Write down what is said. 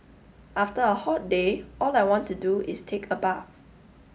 after a hot day all I want to do is take a bath